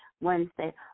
Wednesday